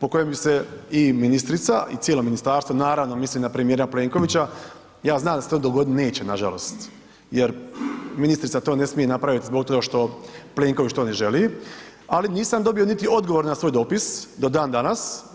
po kojem bi se i ministrica i cijelo ministarstvo, naravno mislim na premijera Plenkovića, ja znam da se to dogoditi neće nažalost, jer ministrica to ne smije napraviti zbog toga što Plenković to ne želi, ali nisam dobio niti odgovor na svoj dopis do dan danas.